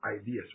ideas